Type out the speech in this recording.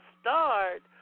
start